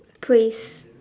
phrase